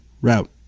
route